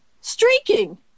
streaking